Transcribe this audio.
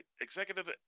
executive